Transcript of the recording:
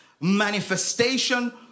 manifestation